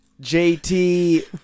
JT